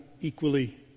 equally